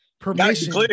permission